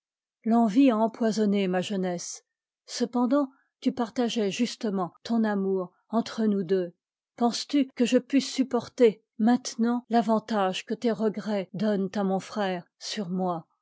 l'envie a empoisonné ma jeunesse cependant tu par tageais justement ton amour entre nous deux penses-tu que je pusse supporter maintenant l'avantage que tes regrets donnent à mon frère sur moi